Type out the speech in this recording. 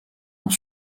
ont